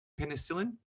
penicillin